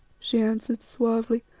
she answered suavely.